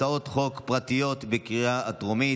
הצעות חוק פרטיות לקריאה הטרומית.